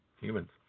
humans